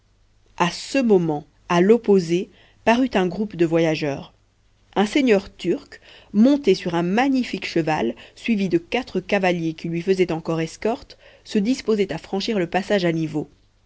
à ce moment à l'opposé parut un groupe de voyageurs un seigneur turc monté sur un magnifique cheval suivi de quatre cavaliers qui lui faisaient escorte se disposait à franchir le passage à niveau